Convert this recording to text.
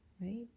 right